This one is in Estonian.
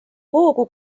hoogu